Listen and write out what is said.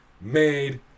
Made